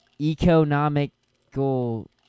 economical